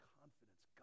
confidence